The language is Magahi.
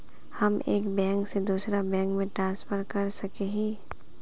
हम एक बैंक से दूसरा बैंक में ट्रांसफर कर सके हिये?